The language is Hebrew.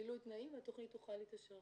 מילוי תנאים והתוכנית תוכל להתאשר.